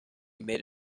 made